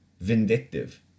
Vindictive